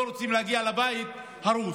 לא רוצים להגיע לבית הרוס.